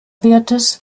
wertes